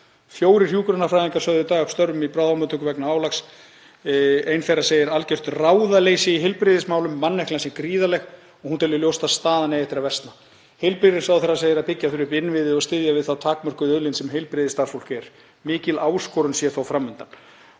„Fjórir hjúkrunarfræðingar sögðu í dag upp störfum á bráðamóttöku vegna álags. Ein þeirra segir algjört ráðaleysi í heilbrigðismálum. Manneklan sé gríðarleg og hún telur ljóst að staðan eigi eftir að versna. Heilbrigðisráðherra segir að byggja þurfi upp innviði og styðja við þá takmörkuðu auðlind sem heilbrigðisstarfsfólk er. Mikil áskorun sé þó fram undan.“